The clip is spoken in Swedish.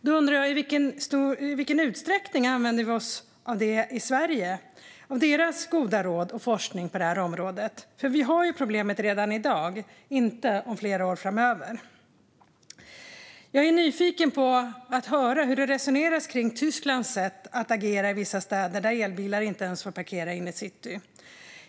Jag undrar i vilken utsträckning vi i Sverige använder oss av deras goda råd och forskning på detta område. Vi har ju problemet redan i dag - inte om flera år. Jag är nyfiken på att höra hur det resoneras kring Tysklands sätt att agera i vissa städer där elbilar inte ens får parkera inne i city.